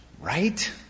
Right